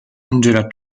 angela